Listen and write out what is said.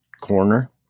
corner